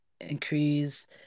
increase